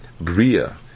bria